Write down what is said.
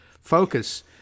focus